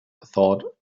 thought